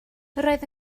roedd